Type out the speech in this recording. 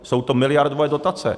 Jsou to miliardové dotace.